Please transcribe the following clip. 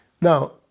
Now